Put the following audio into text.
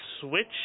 switch